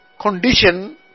condition